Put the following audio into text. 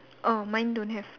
oh mine don't have